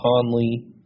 Conley